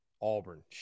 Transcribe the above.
Auburn